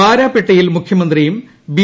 ബാരപട്ടെയിൽ മുഖൃമന്ത്രിയും ബി